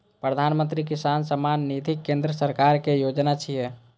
प्रधानमंत्री किसान सम्मान निधि केंद्र सरकारक योजना छियै